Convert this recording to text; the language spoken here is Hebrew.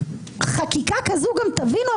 תבינו,